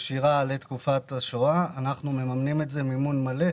ישירה לתקופת השואה אנחנו מממנים מימון מלא.